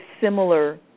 similar